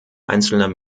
einzelner